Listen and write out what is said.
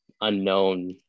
unknown